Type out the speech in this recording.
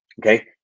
Okay